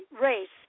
race